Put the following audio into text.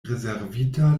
rezervita